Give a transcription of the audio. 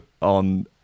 on